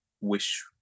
wish